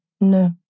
no